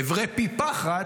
על עברי פי פחת,